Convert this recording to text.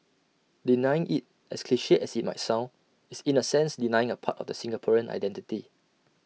denying IT as cliche as IT might sound is in A sense denying A part of the Singaporean identity